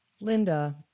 Linda